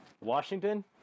Washington